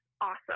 awesome